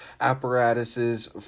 apparatuses